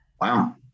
Wow